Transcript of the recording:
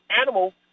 animal